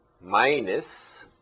minus